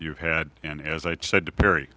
you had and as i said to perry